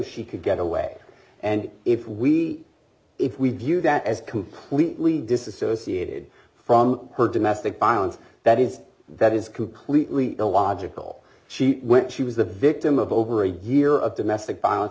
she could get away and if we if we view that as completely disassociated from her domestic violence that is that is completely illogical she went she was the victim of over a year of domestic violence